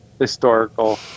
historical